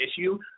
issue